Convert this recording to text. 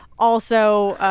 also,